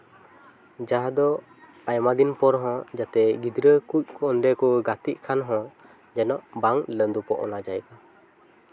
ᱡᱟᱦᱟᱸ ᱫᱚ ᱟᱭᱢᱟ ᱫᱤᱱ ᱯᱚᱨ ᱦᱚᱸ ᱡᱟᱛᱮ ᱜᱤᱫᱽᱨᱟᱹ ᱠᱩᱡ ᱚᱸᱰᱮ ᱠᱚ ᱜᱟᱛᱮ ᱠᱷᱟᱱ ᱦᱚᱸ ᱡᱮᱱᱚ ᱵᱟᱝ ᱞᱟᱹᱫᱩᱵᱚᱜ ᱚᱱᱟ ᱡᱟᱭᱜᱟ